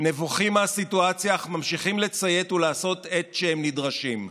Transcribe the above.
נבוכים מהסיטואציה אך ממשיכים לציית ולעשות את שהם נדרשים.